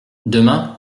demain